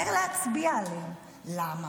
למה?